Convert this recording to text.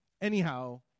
Anyhow